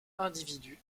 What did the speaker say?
individus